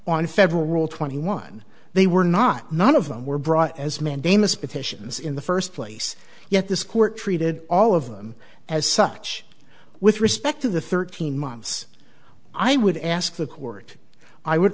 on federal rule twenty one they were not none of them were brought as mandamus petitions in the first place yet this court treated all of them as such with respect to the thirteen months i would ask the court i would